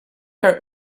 her